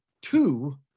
two